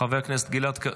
חבר הכנסת גלעד קריב,